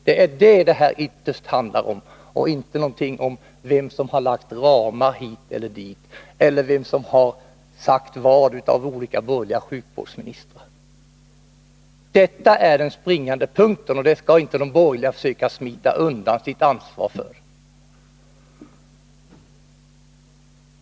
Det är det som det ytterst handlar om här; inte om vem som har lagt ramar hit eller dit eller vem av olika borgerliga sjukvårdsministrar som har sagt vad. Detta är den springande punkten, som de borgerliga inte skall försöka att smita undan sitt ansvar för.